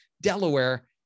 Delaware